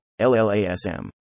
LLASM